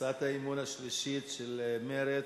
הצעת האי-אמון השלישית, של מרצ: